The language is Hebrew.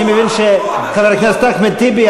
אני מבין שחבר הכנסת אחמד טיבי,